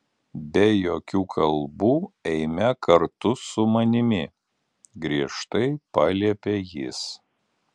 be jokių kalbų eime kartu su manimi griežtai paliepė jis